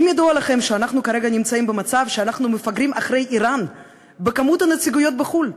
האם ידוע לכם שאנחנו כרגע מפגרים אחרי איראן בכמות הנציגויות בחו"ל?